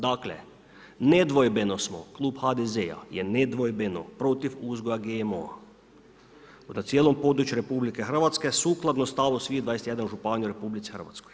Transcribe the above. Dakle nedvojbeno smo klub HDZ-a je nedvojbeno protiv uzgoja GMO-a na cijelom području RH sukladno stavu svih 21 županija u RH.